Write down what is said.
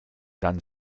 dann